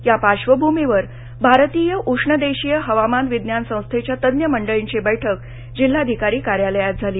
या पार्श्वभूमीवर भारतीय उष्णदेशीय हवामान विज्ञान संस्थेच्या तज्ञ मंडळीची बैठक जिल्हाधिकारी कार्यालयात झाली